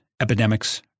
epidemics